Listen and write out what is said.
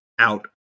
out